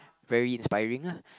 very inspiring lah